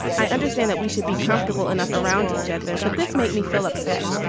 i understand that we should be comfortable enough around each other, but this make me feel upset.